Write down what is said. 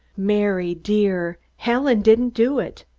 mary, dear, helen didn't do it.